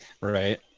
right